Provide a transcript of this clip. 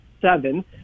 seven